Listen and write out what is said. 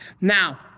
Now